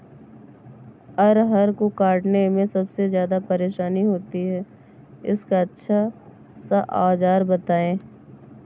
अरहर को काटने में सबसे ज्यादा परेशानी होती है इसका अच्छा सा औजार बताएं?